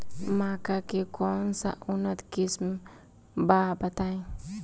मक्का के कौन सा उन्नत किस्म बा बताई?